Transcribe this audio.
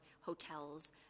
hotels